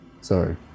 Sorry